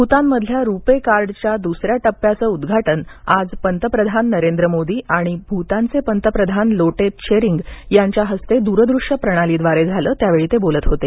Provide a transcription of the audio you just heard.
भूतानमधल्या रूपे कार्डच्या दुसऱ्या टप्प्याचं उद्घाटन आज पंतप्रधान मोदी आणि भूतानचे पंतप्रधान लोटे त्शेरिंग यांच्या हस्ते दूरदृश्य प्रणालीद्वारे झाल त्यावेळी ते बोलत होते